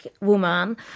woman